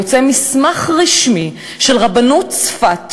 יוצא מסמך רשמי של רבנות צפת,